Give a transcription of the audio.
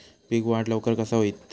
पीक वाढ लवकर कसा होईत?